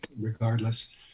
regardless